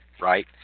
Right